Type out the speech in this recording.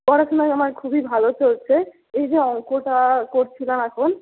পড়াশোনা এই আমার খুবই ভালো চলছে এই যে অঙ্কটা করছিলাম এখন